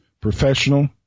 professional